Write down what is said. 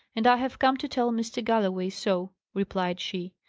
and i have come to tell mr. galloway so, replied she.